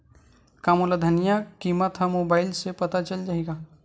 का मोला धनिया किमत ह मुबाइल से पता चल जाही का?